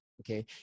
Okay